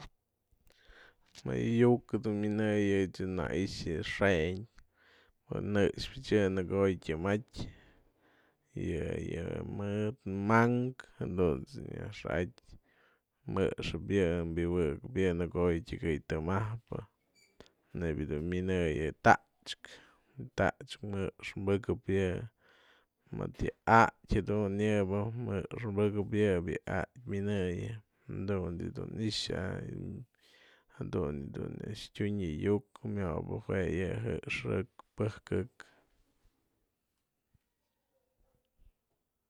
Më yë yu'uk du minëyën yë dun në i'ixë më yë xë'ënkë jë'ëxpëty yë në ko'o tyamatyë yë yë mëdë mankë jadun ejt's yë nyaj xa'atyë mjëxë'ëp yë, biwëkëp yë në ko'o yë tyëkëy tëmajpë nebya dun minëyën ta'axkë, yë ta'axkë mjë'ëx pëkëp yë mëdë yë a'atyë jadun yë bë mjë'ëx pëkëp yë a'atyë minëyën jadun dun i'ixä jadun a'ax dun tyun yë yu'uk myobë jue yë mjë'ëxëk pëjkëk.